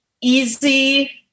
easy